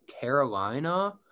Carolina